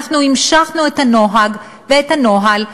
אנחנו המשכנו את הנוהג ואת הנוהל,